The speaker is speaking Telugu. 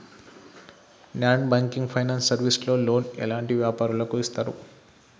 నాన్ బ్యాంకింగ్ ఫైనాన్స్ సర్వీస్ లో లోన్ ఎలాంటి వ్యాపారులకు ఇస్తరు?